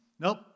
Nope